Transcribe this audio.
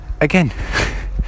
Again